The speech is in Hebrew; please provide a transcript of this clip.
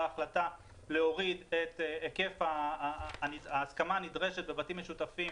ההחלטה להוריד היקף ההסכמה הנדרשת בבתים משותפים